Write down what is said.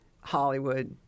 Hollywood